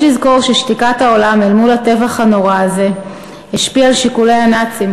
יש לזכור ששתיקת העולם אל מול הטבח הנורא הזה השפיעה על שיקולי הנאצים,